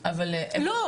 לא,